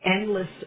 endless